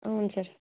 అవును సార్